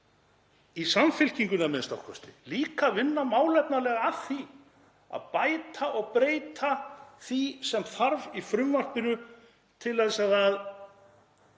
í Samfylkingunni a.m.k. munum líka vinna málefnalega að því að bæta og breyta því sem þarf í frumvarpinu til að það